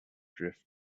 drift